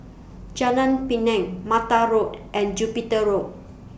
Jalan Pinang Mata Road and Jupiter Road